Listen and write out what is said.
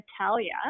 Natalia